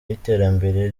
y’iterambere